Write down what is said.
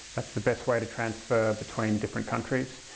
that's the best way to transfer between different countries,